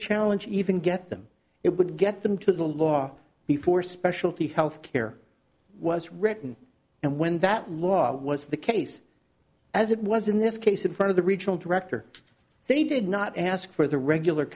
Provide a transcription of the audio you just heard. challenge even get them it would get them to the law before specialty health care was written and when that law was the case as it was in this case in front of the regional director they did not ask for the regular